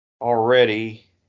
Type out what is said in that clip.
already